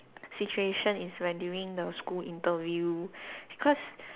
situation is when during the school interview because